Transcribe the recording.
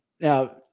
Now